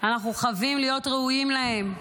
אנחנו חבים להיות ראויים להם.